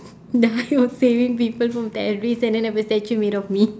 die of saving people from terrorist and then have a statue made of me